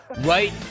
right